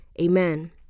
amen